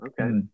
Okay